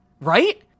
Right